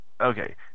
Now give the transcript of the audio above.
okay